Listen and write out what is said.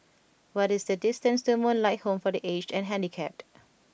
what is the distance to Moonlight Home for the Aged and Handicapped